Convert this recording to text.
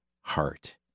heart